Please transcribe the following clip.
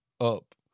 up